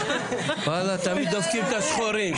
יאללה, תמיד דופקים את השחורים.